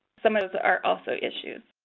some of those are also issues.